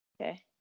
okay